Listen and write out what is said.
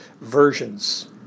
versions